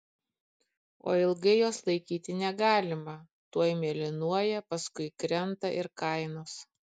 o ilgai jos laikyti negalima tuoj mėlynuoja paskui krenta ir kainos